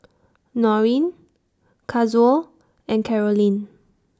Norine Kazuo and Carolynn